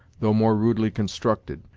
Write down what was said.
though more rudely constructed,